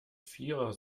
vierer